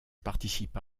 participa